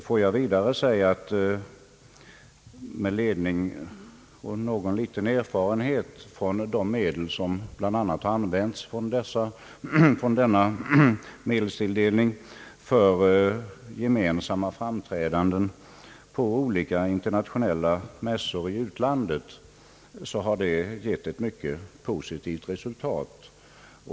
Låt mig vidare säga att denna medelstilldelning för gemensamma framträdanden på olika internationella mässor i utlandet har givit ett mycket positivt resultat.